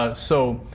ah so,